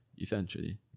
essentially